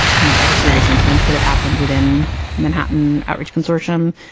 you know, all the serious incidents that have happened within manhattan outridge consortium,